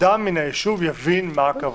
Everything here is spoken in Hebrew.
היישוב יבין מה הכוונה.